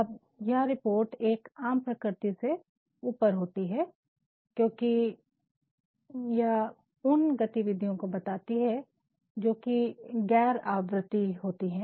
अब यह रिपोर्ट एक आम प्रकृति से ऊपर होती है क्योंकि यह उन गतिविधियों को बताती है जोकि गैर आवृति होती है